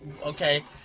okay